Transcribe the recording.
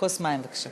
כוס מים, בבקשה.